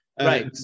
Right